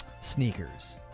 sneakers